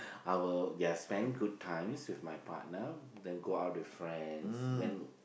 I will ya spend good times with my partner then go out with friends then